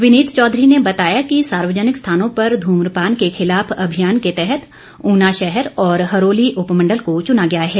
विनीत चौधरी ने बताया कि सार्वजनिक स्थानों पर ध्रम्प्रपान के खिलाफ अभियान के तहत ऊना शहर और हरोली उपमंडल को चुना गया है